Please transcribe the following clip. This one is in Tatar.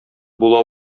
була